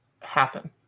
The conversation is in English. happen